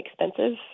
expensive